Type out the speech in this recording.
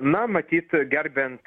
na matyt gerbiant